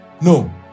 No